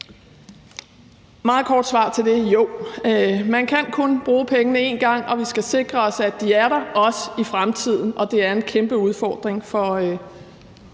meget kort svar til det er: Jo, man kan kun bruge pengene en gang, og vi skal sikre os, at de er der – også i fremtiden. Det er en kæmpeudfordring for